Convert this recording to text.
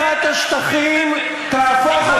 נגמר הזמן.